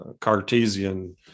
Cartesian